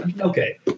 okay